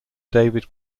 david